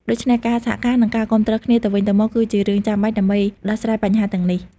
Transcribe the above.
ដូច្នេះ ការសហការនិងការគាំទ្រគ្នាទៅវិញទៅមកគឺជារឿងចាំបាច់ដើម្បីដោះស្រាយបញ្ហាទាំងនេះ។